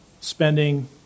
Spending